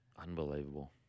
Unbelievable